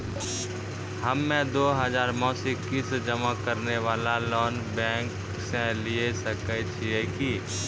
हम्मय दो हजार मासिक किस्त जमा करे वाला लोन बैंक से लिये सकय छियै की?